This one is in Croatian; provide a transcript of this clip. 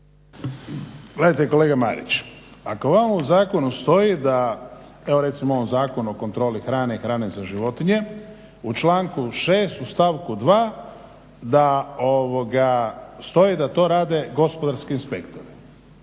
Gledajte kolega Marić, ako vama u zakonu stoji da evo recimo Zakon o kontroli hrane i hrane za životinje u članku 6. u stavku 2. da stoji da to rade gospodarski inspektori